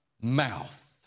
mouth